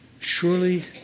Surely